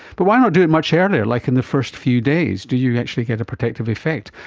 but why not do it much earlier, like in the first few days, do you actually get a protective effect?